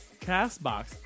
Castbox